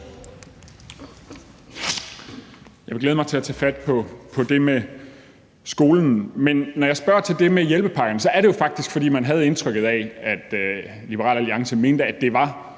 Jeg vil glæde mig til at tage fat på det med skolen. Men når jeg spørger til det med hjælpepakkerne, er det jo faktisk, fordi man havde indtrykket af, at Liberal Alliance mente, at det var